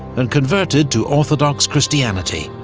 and converted to orthodox christianity.